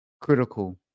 critical